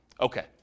Okay